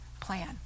plan